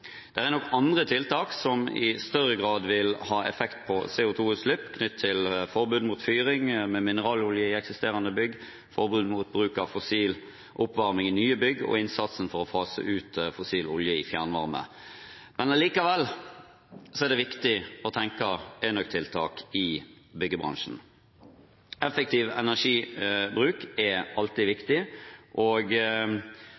er nok andre tiltak som i større grad vil ha effekt på CO 2 -utslipp, knyttet til forbud mot fyring med mineralolje i eksisterende bygg, forbud mot bruk av fossil oppvarming i nye bygg og innsatsen for å fase ut fossil olje i fjernvarme. Allikevel er det viktig å tenke enøktiltak i byggebransjen. Effektiv energibruk er alltid